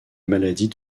maladie